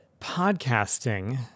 podcasting